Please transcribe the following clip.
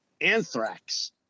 Anthrax